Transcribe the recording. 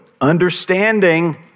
understanding